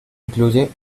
incluye